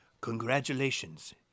Congratulations